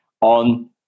on